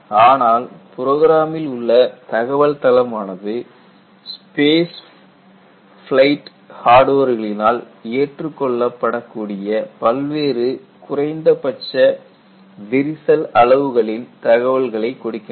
ஆனால் புரோகிராமில் உள்ள தகவல் தளமானது ஸ்பேஸ் பிளைட் ஹார்டுவேர் களினால் ஏற்று கொள்ளப்படக் கூடிய பல்வேறு குறைந்தபட்ச விரிசல் அளவுகலின் தகவல்களை கொடுக்கின்றது